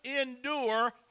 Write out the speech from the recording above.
endure